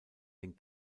den